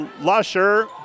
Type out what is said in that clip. Lusher